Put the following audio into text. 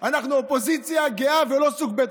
אנחנו אופוזיציה גאה ולא סוג ב'.